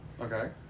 Okay